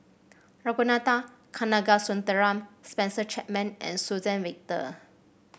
Ragunathar Kanagasuntheram Spencer Chapman and Suzann Victor